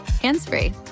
hands-free